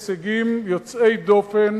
אלה הישגים יוצאי דופן